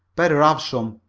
better have some.